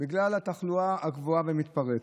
בגלל התחלואה הגבוהה והמתפרצת.